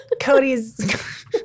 Cody's